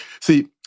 See